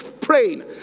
praying